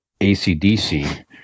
ACDC